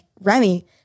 Remy